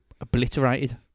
obliterated